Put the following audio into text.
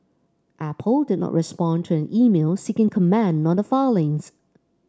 apple did not respond to an email seeking comment on the filings